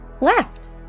left